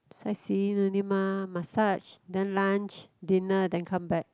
sightseeing only mah massage then lunch dinner then come back